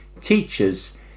teachers